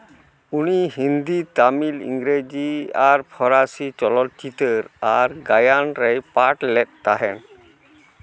ᱩᱱᱤ ᱦᱤᱱᱫᱤ ᱛᱟᱹᱢᱤᱞ ᱤᱝᱨᱮᱹᱡᱤ ᱟᱨ ᱯᱷᱚᱨᱟᱥᱤ ᱪᱚᱞᱚ ᱪᱤᱛᱟᱹᱨ ᱟᱨ ᱜᱟᱭᱟᱱ ᱨᱮᱭ ᱯᱟᱴᱷ ᱞᱮᱫ ᱛᱟᱦᱮᱱ